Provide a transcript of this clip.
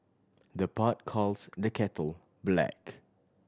the pot calls the kettle black